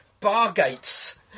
Bargates